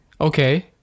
Okay